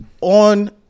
on